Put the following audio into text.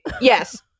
Yes